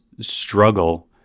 struggle